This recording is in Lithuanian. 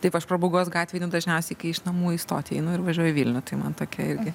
taip aš pramogos gatvėj einu dažniausiai kai iš namų į stotį einu ir važiuoju į vilnių tai man tokia irgi